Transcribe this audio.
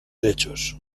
hechos